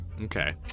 Okay